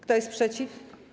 Kto jest przeciw?